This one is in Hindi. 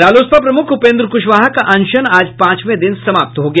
रालोसपा प्रमुख उपेंद्र कुशवाहा का अनशन आज पांचवे दिन समाप्त हो गया